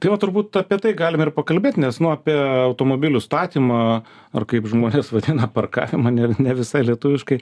tai va turbūt apie tai galim ir pakalbėt nes nu apie automobilių statymą ar kaip žmonės vadina parkavimą ne ne visai lietuviškai